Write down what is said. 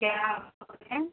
क्या बोलिए